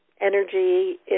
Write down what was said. Energy